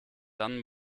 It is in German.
dann